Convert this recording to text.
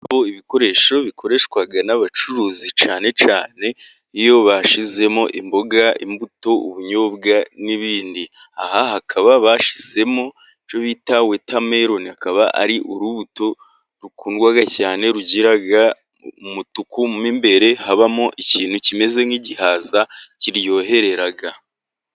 Indobo, ibikoresho bikoreshwa n'abacuruzi cyane cyane iyo bashyizemo imboga, imbuto, ubunyobwa n'ibindi. Aha hakaba bashyizemo icyo bita wotameroni. Akaba ari urubuto rukundwa cyane, rugira umutuku mo imbere, habamo ikintu kimeze nk'igihaza kiryoherera.